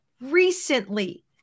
recently